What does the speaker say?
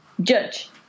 judge